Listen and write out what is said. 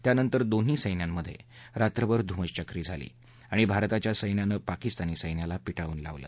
त्यानंतर दोन्ही सस्त्रामध्ये रात्रभर धुमश्रक्री झाली आणि भारताच्या सस्विनं पाकिस्तानी सस्विला पिटाळून लावलं